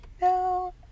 no